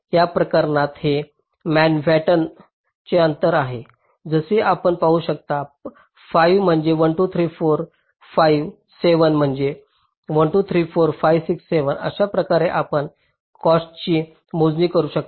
या प्रकरणात हे मॅनहॅटन चे अंतर आहे जसे आपण पाहू शकता 5 म्हणजे 1 2 3 4 5 7 म्हणजे 1 2 3 4 5 6 7 अशा प्रकारे आपण कॉस्टची मोजणी करू शकता